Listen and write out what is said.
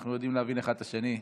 אנחנו יודעים להבין אחד את השני.